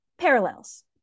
parallels